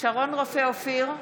שרון רופא אופיר,